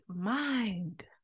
mind